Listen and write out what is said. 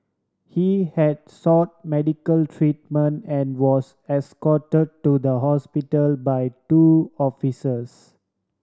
he had sought medical treatment and was escort to the hospital by two officers